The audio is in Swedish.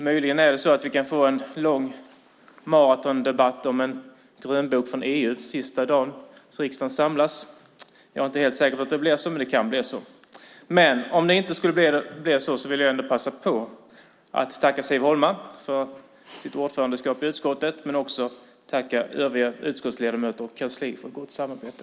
Möjligen kan vi få en maratondebatt om en grönbok från EU sista dagen då riksdagen samlas. Jag är inte helt säker på att det blir så, men det kan bli så. Om det inte skulle bli så vill jag ändå passa på att tacka Siv Holma för hennes ordförandeskap i utskottet och också tacka övriga utskottsledamöter och kansliet för ett gott samarbete.